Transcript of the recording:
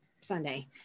Sunday